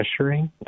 pressuring